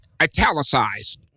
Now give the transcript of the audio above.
italicized